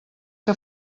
que